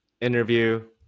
interview